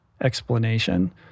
explanation